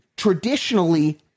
Traditionally